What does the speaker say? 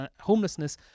homelessness